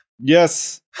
Yes